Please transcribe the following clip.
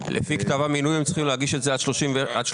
פי כתב המינוי הם צריכים להגיש את זה עד 30 ביולי.